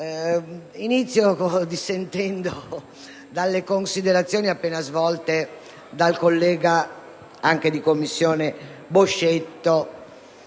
dissentendo dalle considerazioni appena svolte dal collega (anche di Commissione) Boscetto,